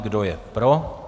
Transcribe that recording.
Kdo je pro?